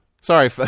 Sorry